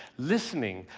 listening,